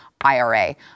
IRA